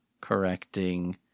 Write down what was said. correcting